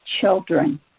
children